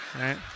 Right